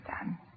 done